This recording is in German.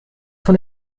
von